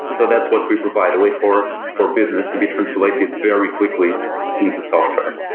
so that's what we provide, a way for for business to be translated very quickly into software.